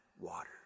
water